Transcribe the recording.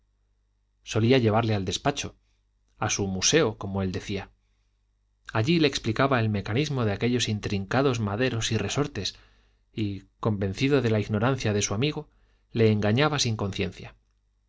solía llevarle al despacho a su museo como él decía allí le explicaba el mecanismo de aquellos intrincados maderos y resortes y convencido de la ignorancia de su amigo le engañaba sin conciencia